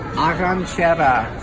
argon java